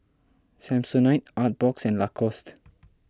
Samsonite Artbox and Lacoste